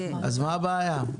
אז מה הבעיה?